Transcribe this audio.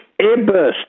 airburst